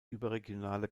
überregionale